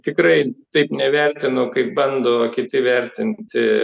tikrai taip nevertinu kaip bando kiti vertinti